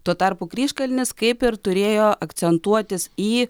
tuo tarpu kryžkalnis kaip ir turėjo akcentuotis į